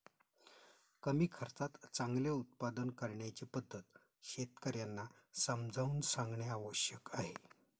कमी खर्चात चांगले उत्पादन करण्याची पद्धत शेतकर्यांना समजावून सांगणे आवश्यक आहे